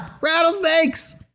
rattlesnakes